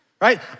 right